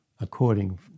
according